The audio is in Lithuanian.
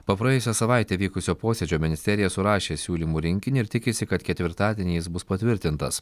po praėjusią savaitę vykusio posėdžio ministerija surašė siūlymų rinkinį ir tikisi kad ketvirtadienį jis bus patvirtintas